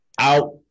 out